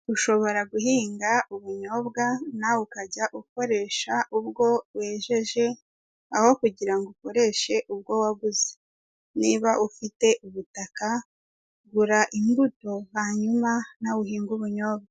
Ushobora guhinga ubunyobwa nawe ukajya ukoresha ubwo wejeje, aho kugira ngo ukoreshe ubwo waguze. Niba ufite ubutaka gura imbuto hanyuma nawe uhinge ubunyobwa.